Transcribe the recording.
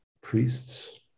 priests